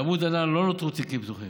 מעמוד ענן לא נותרו תיקים פתוחים.